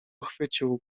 chwycił